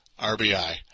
RBI